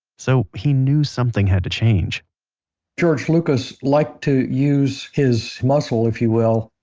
so he knew something had to change george lucas liked to use his muscle if you will,